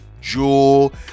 Jewel